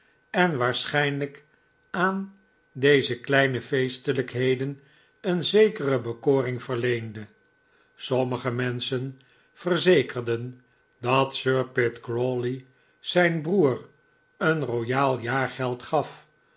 en waarschijnlijk aan deze kleine feestelijkheden een zekere bekoring verleende sommige menschen verzekerden dat sir pitt crawley zijn broer een royaal jaargeld gaf